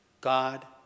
God